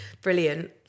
Brilliant